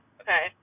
okay